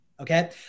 Okay